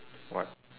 what